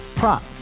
Prop